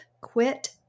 quit